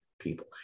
people